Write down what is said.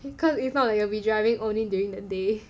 because if not like you will be driving only during the day